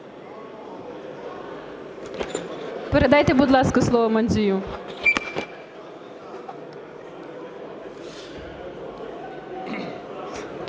Передайте, будь ласка, слово Мандзію.